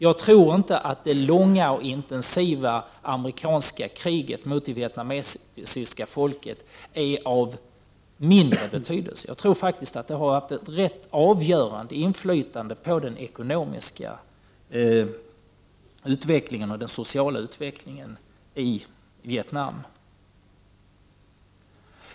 Jag tror inte att det långa och intensiva amerikanska kriget mot det vietnamesiska folket är av mindre betydelse. Jag tror faktiskt att det har haft ett avgörande inflytande på den ekonomiska och sociala utvecklingen i Vietnam.